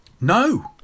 No